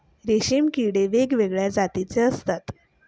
रेशीम किडे वेगवेगळ्या जातीचे असतात